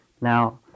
Now